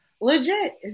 legit